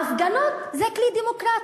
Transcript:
ההפגנות זה כלי דמוקרטי,